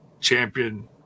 champion